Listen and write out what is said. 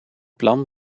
plan